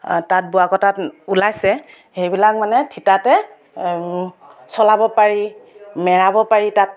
তাত বোৱা কটাত ওলাইছে সেইবিলাক মানে থিতাতে চলাব পাৰি মেৰাব পাৰি তাত